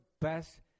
best